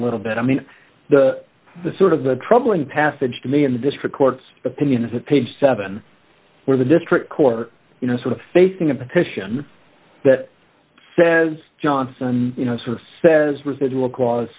little bit i mean the sort of the troubling passage to me in the district court's opinion is that page seven where the district court you know sort of facing a petition that says johnson you know sort of says residual cla